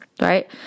right